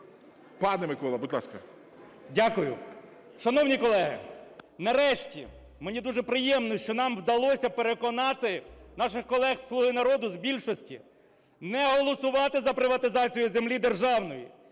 КНЯЖИЦЬКИЙ М.Л. Дякую. Шановні колеги, нарешті, мені дуже приємно, що нам вдалося переконати наших колег зі "Слуги народу", з більшості, не голосувати за приватизацію землі державної,